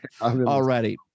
already